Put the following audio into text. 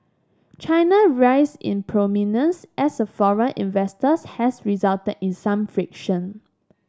China rise in prominence as a foreign investors has resulted in some friction